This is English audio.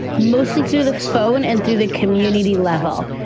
mostly through the phone and through the community level.